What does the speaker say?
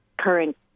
current